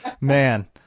man